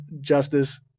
justice